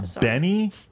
Benny